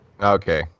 Okay